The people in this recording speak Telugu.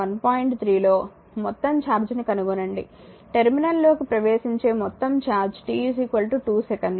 3 లో మొత్తం ఛార్జీని కనుగొనండి టెర్మినల్లోకి ప్రవేశించే మొత్తం ఛార్జ్ t 2 సెకన్లు మరియు t 4 సెకన్లు